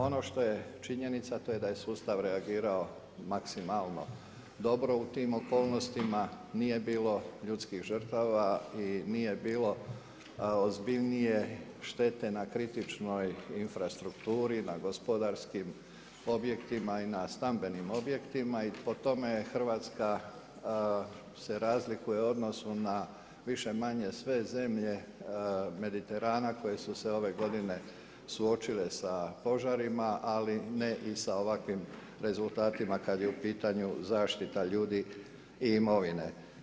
Ono što je činjenica a to je da je sustav reagirao maksimalno dobro u tim okolnostima, nije bilo ljudskih žrtava i nije bilo ozbiljnije štete na kritičnoj infrastrukturi, na gospodarskim objektima i na stambenim objektima i po tome se Hrvatska se razlikuje u odnosu na više-manje sve zemlje Mediterana koje su se ove godine suočile sa požarima ali ne i sa ovakvim rezultatima kada je u pitanju zaštita ljudi i imovine.